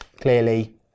clearly